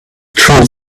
through